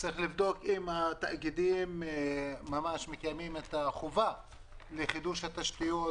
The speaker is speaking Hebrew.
צריכים לבדוק אם התאגידים מקיימים את החובה לחידוש התשתיות